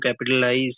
capitalize